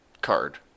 card